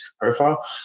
profile